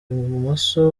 ibumoso